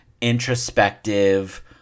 introspective